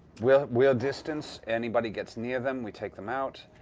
we're we're distance. anybody gets near them, we take them out.